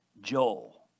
Joel